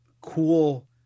cool